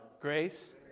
grace